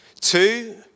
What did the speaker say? Two